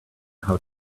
how